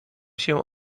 się